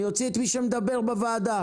אני אוציא את מי שמדבר ברקע.